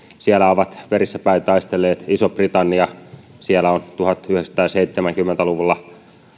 siellä ovat verissä päin taistelleet iso britannia siellä on tuhatyhdeksänsataaseitsemänkymmentä luvulla